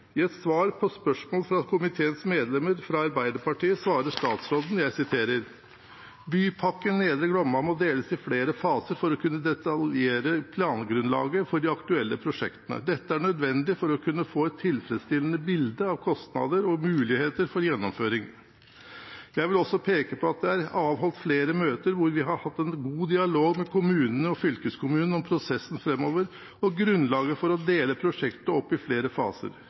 I et svar på spørsmål fra komiteens medlemmer fra Arbeiderpartiet svarer statsråden: «Bypakke Nedre Glomma må deles i flere faser for å kunne detaljere plangrunnlaget for de aktuelle prosjektene. Dette er nødvendig for å kunne få et tilfredsstillende bilde av kostnader og muligheter for gjennomføring. Jeg vil også peke på at det er avholdt flere møter hvor vi har hatt en god dialog med kommunene og fylkeskommunen om prosessen fremover, og grunnlaget for å dele prosjektet opp i flere faser.